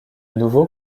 nouveau